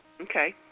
Okay